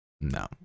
No